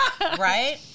Right